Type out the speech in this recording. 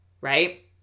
right